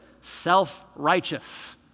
Self-righteous